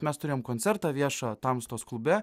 mes turėjom koncertą viešą tamstos klube